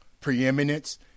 preeminence